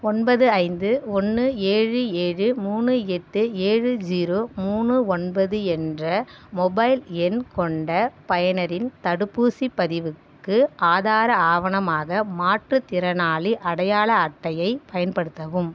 ஒன்பது ஐந்து ஒன்று ஏழு ஏழு மூணு எட்டு ஏழு ஜீரோ மூணு ஒன்பது என்ற மொபைல் எண் கொண்ட பயனரின் தடுப்பூசிப் பதிவுக்கு ஆதார ஆவணமாக மாற்றுத்திறனாளி அடையாள அட்டையை பயன்படுத்தவும்